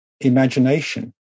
imagination